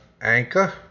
Anchor